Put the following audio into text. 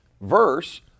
verse